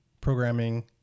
programming